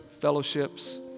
fellowships